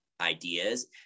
ideas